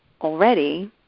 already